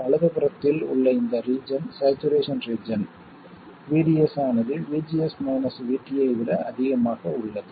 வலதுபுறத்தில் உள்ள இந்த ரீஜன் சேச்சுரேஷன் ரீஜன் VDS ஆனது VGS மைனஸ் VT ஐ விட அதிகமாக உள்ளது